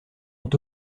ont